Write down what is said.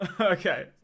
okay